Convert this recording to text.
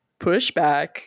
pushback